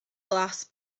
glas